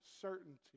certainty